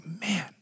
man